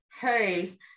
Hey